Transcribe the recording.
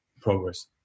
progress